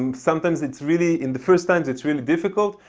um sometimes it's really, in the first times it's really difficult.